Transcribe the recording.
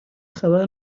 خبر